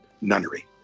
nunnery